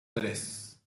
tres